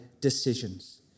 decisions